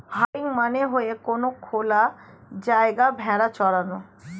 herding মানে হয়ে কোনো খোলা জায়গায় ভেড়া চরানো